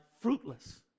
fruitless